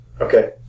Okay